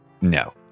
No